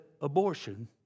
abortion